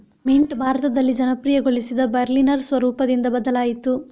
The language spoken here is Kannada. ಮಿಂಟ್ ಭಾರತದಲ್ಲಿ ಜನಪ್ರಿಯಗೊಳಿಸಿದ ಬರ್ಲಿನರ್ ಸ್ವರೂಪದಿಂದ ಬದಲಾಯಿತು